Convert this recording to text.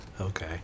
okay